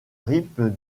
rythme